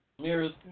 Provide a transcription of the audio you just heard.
Mirrors